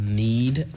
need